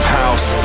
house